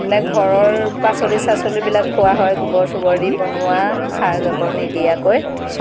মানে ঘৰৰ পাচলি চাচলিবিলাক খোৱা হয় গোবৰ চোবৰ দি বনোৱা সাৰ জাবৰ নিদিয়াকৈ